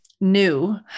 new